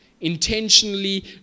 intentionally